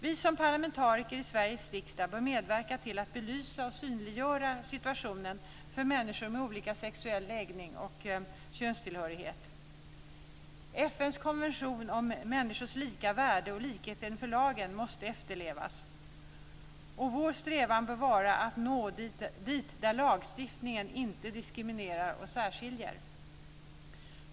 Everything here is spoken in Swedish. Vi som parlamentariker i Sveriges riksdag bör medverka till att belysa och synliggöra situationen för människor med olika sexuell läggning och könstillhörighet. FN:s konvention om människors lika värde och likhet inför lagen måste efterlevas. Vår strävan bör vara att nå dit där lagstiftningen inte diskriminerar och särskiljer.